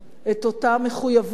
את אותה מחויבות,